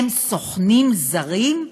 הן סוכנים זרים?